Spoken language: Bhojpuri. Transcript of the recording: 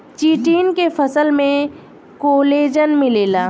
चिटिन के फसल में कोलेजन मिलेला